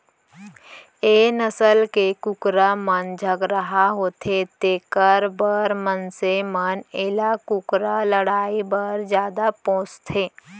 ए नसल के कुकरा मन झगरहा होथे तेकर बर मनसे मन एला कुकरा लड़ई बर जादा पोसथें